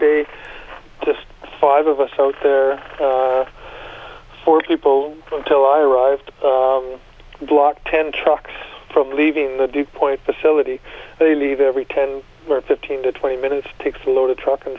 day just five of us so the four people from till i arrived the block ten trucks from leaving the deep point facility they leave every ten or fifteen to twenty minutes to explode a truck and